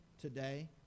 today